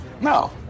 No